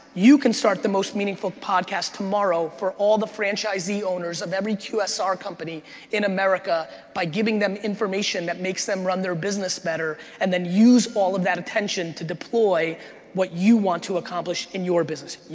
you can start the most meaningful podcast tomorrow for all the franchisee owners of every qsr company in america by giving them information that makes them run their business better, and then use all of that attention to deploy what you want to accomplish in your business.